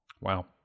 Wow